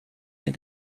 near